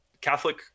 Catholic